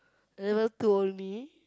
level two only